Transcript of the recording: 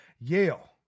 Yale